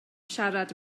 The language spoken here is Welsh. siarad